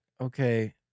okay